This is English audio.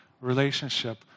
relationship